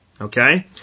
Okay